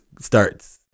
starts